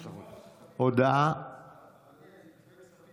תשעה, אין נמנעים, אין מתנגדים.